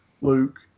Luke